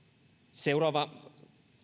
seuraava